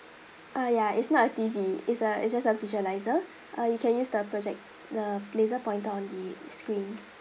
uh ya it's not a T_V is a it's just a visualizer uh you can use the project uh lazer pointer on the screen